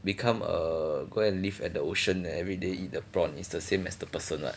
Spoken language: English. become a go and live at the ocean everyday eat the prawn is the same as the person what